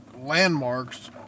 landmarks